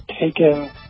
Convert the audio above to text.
taken